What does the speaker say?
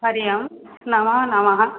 हरिः ओं नमः नमः